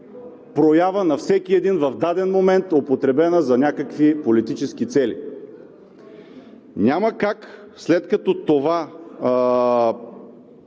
проява на всеки един, в даден момент употребена за някакви политически цели. Няма как, след като това